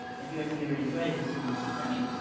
if your theory is right, it seems i mean,